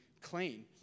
clean